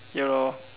ya lor